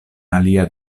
alia